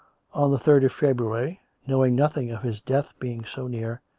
on the third of february, knowing nothing of his death being so near,